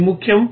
ఇది ముఖ్యం